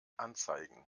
anzeigen